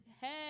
hey